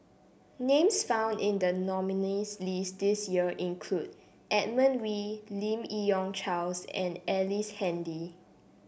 names found in the nominees' list this year include Edmund Wee Lim Yi Yong Charles and Ellice Handy